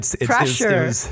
Pressure